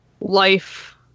life